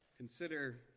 Consider